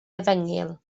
efengyl